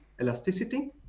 elasticity